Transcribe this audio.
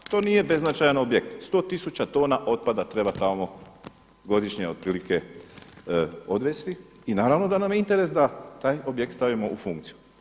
To nije beznačajan objekt, 100 tisuća tona otpada treba tamo godišnje otprilike odvesti i naravno da nam je interes da taj objekt stavimo u funkciju.